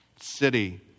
city